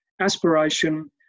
aspiration